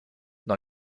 dans